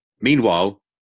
Meanwhile